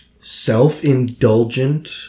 self-indulgent